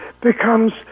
becomes